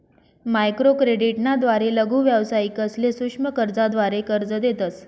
microcredit ना द्वारे लघु व्यावसायिकसले सूक्ष्म कर्जाद्वारे कर्ज देतस